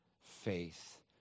faith